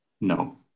No